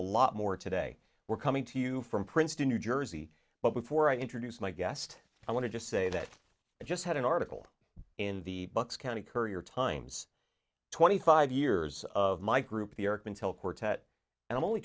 a lot more today we're coming to you from princeton new jersey but before i introduce my guest i want to just say that i just had an article in the bucks county courier times twenty five years of my group